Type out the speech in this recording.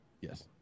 Yes